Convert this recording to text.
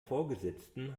vorgesetzten